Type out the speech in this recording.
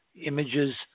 images